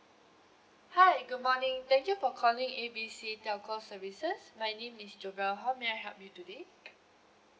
hi good morning thank you for calling A B C telco services my name is jovelle how may I help you today